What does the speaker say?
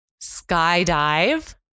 skydive